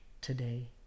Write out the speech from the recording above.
today